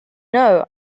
know